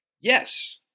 Yes